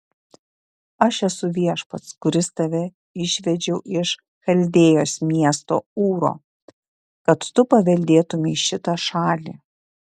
aš esu viešpats kuris tave išvedžiau iš chaldėjos miesto ūro kad tu paveldėtumei šitą šalį